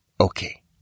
Okay